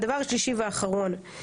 הדבר השלישי והאחרון,